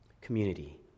Community